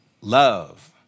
love